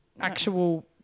actual